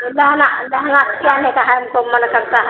तो लहँगा लहँगा सियाने का है हमको मना करता है